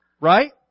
right